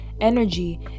energy